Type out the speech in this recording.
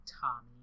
Tommy